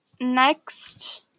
next